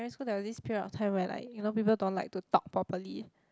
school there was this time where like you know people don't like to talk properly